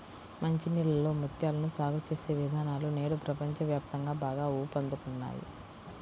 మంచి నీళ్ళలో ముత్యాలను సాగు చేసే విధానాలు నేడు ప్రపంచ వ్యాప్తంగా బాగా ఊపందుకున్నాయి